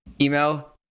email